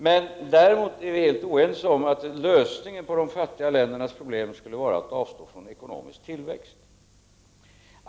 Vi är dock inte överens om att lösningen på de fattiga ländernas problem skulle vara att avstå från ekonomisk tillväxt.